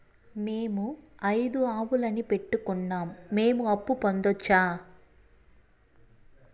మేము ఐదు ఆవులని పెట్టుకున్నాం, మేము అప్పు పొందొచ్చా